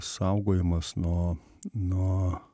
saugojimas nuo nuo